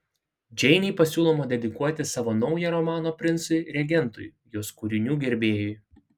džeinei pasiūloma dedikuoti savo naują romaną princui regentui jos kūrinių gerbėjui